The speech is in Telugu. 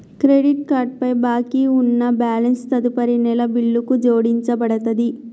క్రెడిట్ కార్డ్ పై బాకీ ఉన్న బ్యాలెన్స్ తదుపరి నెల బిల్లుకు జోడించబడతది